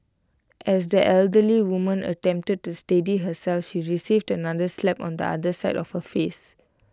as the elderly woman attempted to steady herself she received another slap on the other side of her face